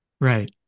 Right